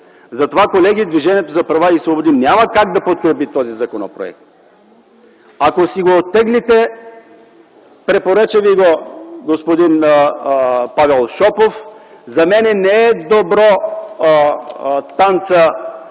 Затова, колеги, Движението за права и свободи няма как да подкрепи този законопроект. Ако си го оттеглите – препоръча Ви го господин Павел Шопов, за мен не е добър танца